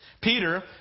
Peter